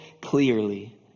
clearly